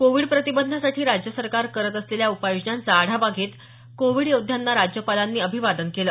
Covid प्रतिबंधासाठी राज्य सरकार करत असलेल्या उपाय योजनांचा आढावा घेत कोविड योद्ध्यांना राज्यपालांनी अभिवादन केलं